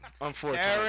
unfortunately